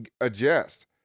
adjust